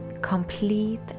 complete